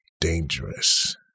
Dangerous